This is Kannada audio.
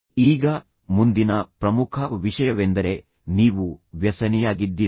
ಈಗ ಮುಂದಿನ ಪ್ರಮುಖ ವಿಷಯವೆಂದರೆ ನೀವು ವ್ಯಸನಿಯಾಗಿದ್ದೀರಾ